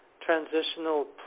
transitional